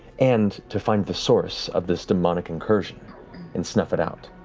and to find the source of this demonic incursion and snuff it out.